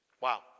Wow